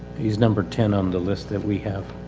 he's number ten on the list that we have.